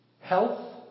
health